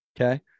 okay